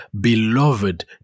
beloved